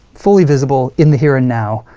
fully visible in the here and now,